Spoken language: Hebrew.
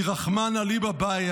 כי רחמנא ליבא בעי.